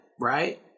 right